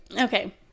okay